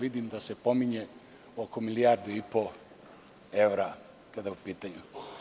Vidim da se pominje oko milijardu i po evra kada je u pitanju.